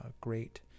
great